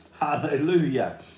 Hallelujah